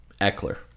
Eckler